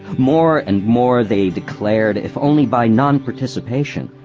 more and more they declared, if only by nonparticipation,